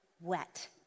wet